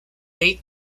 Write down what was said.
eight